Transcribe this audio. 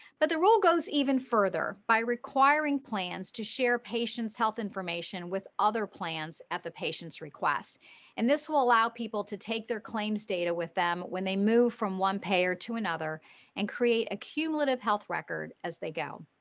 but the rule goes even further by requiring plans to share patients health information with other plans at the patient's request and this will allow people to take their claims data with them when they move from one payer to another and create a cumulative health record as they go.